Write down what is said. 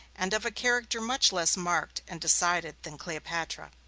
and of a character much less marked and decided than cleopatra.